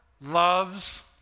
loves